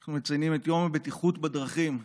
אנחנו מציינים את יום הבטיחות בדרכים.